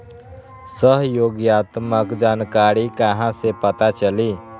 सहयोगात्मक जानकारी कहा से पता चली?